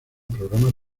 programas